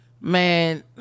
man